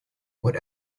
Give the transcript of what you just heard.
what